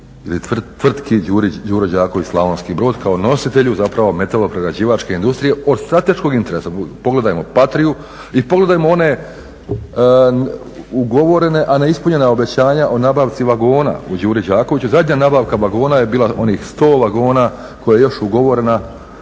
HBOR-a tvrtki Đuro Đaković, Slavonski Brod kao nositelju zapravo metaloprerađivačke industrije od strateškog interesa. Pogledajmo Patriu i pogledajmo one ugovorene, a neispunjena obećanja o nabavci vagona u Đuri Đakoviću, zadnja nabavka vagona je bila onih 100 vagona koja je još ugovorena